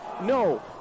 no